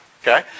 Okay